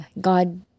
God